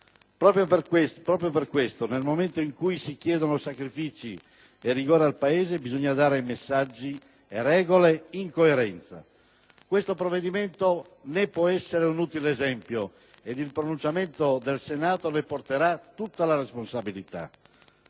Proprio per questo, nel momento in cui si chiedono sacrifici e rigore al Paese bisogna dare messaggi e regole in coerenza. Questo provvedimento ne può essere un utile esempio ed il pronunciamento del Senato ne porterà tutta la responsabilità.